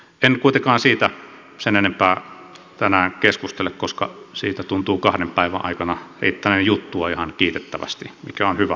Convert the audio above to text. en kuitenkaan siitä sen enempää tänään keskustele koska siitä tuntuu kahden päivän aikana riittäneen juttua ihan kiitettävästi mikä on hyvä asia